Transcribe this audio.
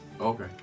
Okay